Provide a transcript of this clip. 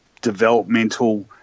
developmental